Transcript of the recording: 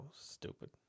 stupid